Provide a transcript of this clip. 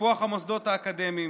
בטיפוח המוסדות האקדמיים,